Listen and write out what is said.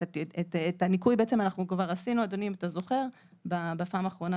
את הניכוי כבר עשינו בפעם האחרונה